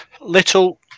Little